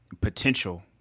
potential